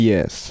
Yes